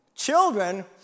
Children